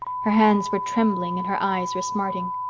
her hands were trembling and her eyes were smarting.